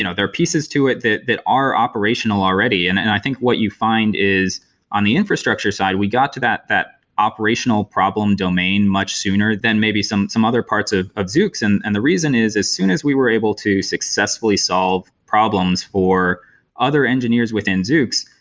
you know there are pieces to it that are operational already, and and i think what you find is on the infrastructure side we got to that that operational problem domain much sooner than maybe some some other parts of of zoox, and and the reason is as soon as we were able to successfully solve problems for other engineers within zoox,